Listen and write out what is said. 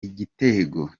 igitego